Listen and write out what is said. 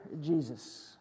Jesus